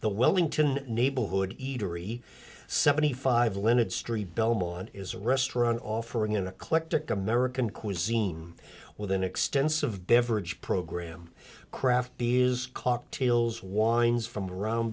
the wellington neighborhood eatery seventy five linnet street belmont is a restaurant offering in a collector american cuisine with an extensive beverage program kraft is cocktails wines from around